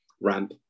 ramp